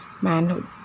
manhood